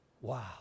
Wow